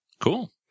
Cool